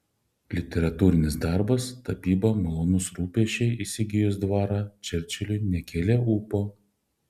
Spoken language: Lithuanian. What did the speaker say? literatūrinis darbas tapyba malonūs rūpesčiai įsigijus dvarą čerčiliui nekėlė ūpo